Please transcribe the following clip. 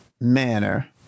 Manner